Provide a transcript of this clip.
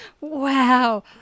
Wow